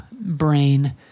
brain